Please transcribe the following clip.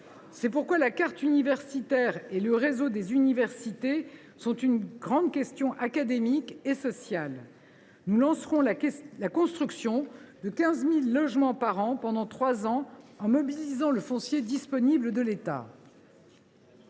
C’est pourquoi la carte universitaire et le réseau des universités constituent une grande question académique et sociale. Nous lancerons la construction de 15 000 logements par an pendant trois ans, en mobilisant le foncier disponible de l’État.